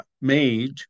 made